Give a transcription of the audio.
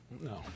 No